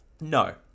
no